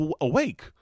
awake